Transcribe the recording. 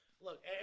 Look